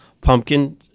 pumpkin